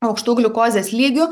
aukštų gliukozės lygių